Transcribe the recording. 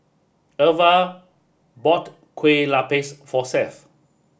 Irva bought kue Lupis for Seth